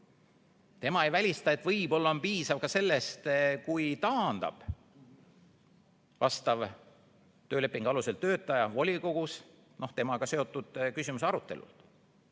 Tema ei välista, et võib-olla on piisav ka see, kui taandada vastav töölepingu alusel töötaja volikogus temaga seotud küsimuse arutelult.